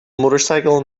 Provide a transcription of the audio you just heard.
motorcycle